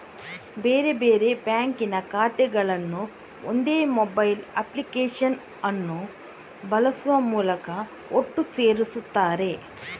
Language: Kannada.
ಬೇರೆ ಬೇರೆ ಬ್ಯಾಂಕಿನ ಖಾತೆಗಳನ್ನ ಒಂದೇ ಮೊಬೈಲ್ ಅಪ್ಲಿಕೇಶನ್ ಅನ್ನು ಬಳಸುವ ಮೂಲಕ ಒಟ್ಟು ಸೇರಿಸ್ತಾರೆ